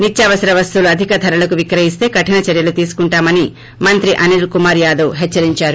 నిత్యావసర వస్తువులు అధిక ధరలకు విక్రయిస్తే కఠిన చర్యలు తీసుకుంటామని మంత్రి అనిల్ కుమార్ యాదవ్ హెచ్చరించారు